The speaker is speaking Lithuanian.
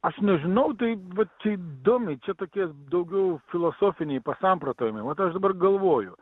aš nežinau tai vat čia įdomiai čia tokie daugiau filosofiniai pasamprotavimai vat aš dabar galvoju